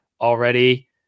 already